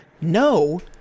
no